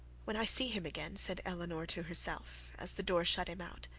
when i see him again, said elinor to herself, as the door shut him out,